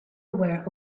aware